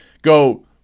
Go